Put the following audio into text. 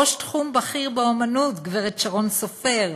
ראש תחום בכיר אמנות גברת שרון סופר,